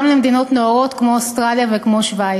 למדינות נאורות כמו אוסטרליה וכמו שווייץ.